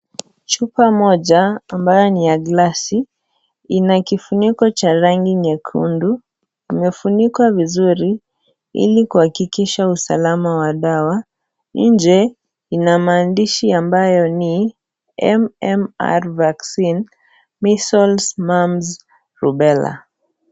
Chupa moja ambayo ni ya glasi ina kifuniko cha rangi nyekundu, imefunikwa vizuri ili kuhakikisha usalama wa dawa, nje ina maandishi ambayo ni MMR vaccine , measles, mumps, rubella.